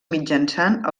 mitjançant